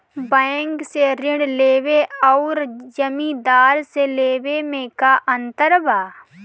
Bank से ऋण लेवे अउर जमींदार से लेवे मे का अंतर बा?